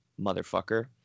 motherfucker